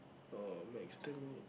oh max ten minute